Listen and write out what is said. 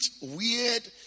weird